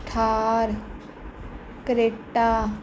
Thar Creta